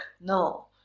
No